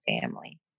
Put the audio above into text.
family